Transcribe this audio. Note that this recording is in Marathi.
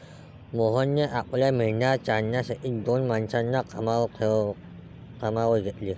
मोहनने आपल्या मेंढ्या चारण्यासाठी दोन माणसांना कामावर घेतले